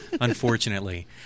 unfortunately